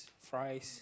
fries